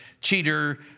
cheater